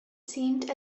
seemed